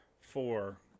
four